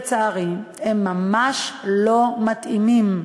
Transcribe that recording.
לצערי הם ממש לא מתאימים.